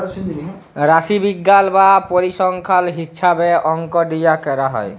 রাশিবিজ্ঞাল বা পরিসংখ্যাল হিছাবে অংক দিয়ে ক্যরা হ্যয়